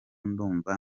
ndumva